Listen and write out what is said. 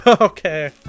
Okay